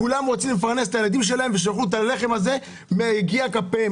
כולם רוצים לפרנס את הילדים שלהם ולהאכיל אותם מיגיע כפיהם,